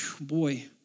boy